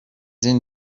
این